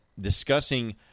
discussing